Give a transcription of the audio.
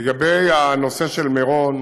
לגבי הנושא של מירון,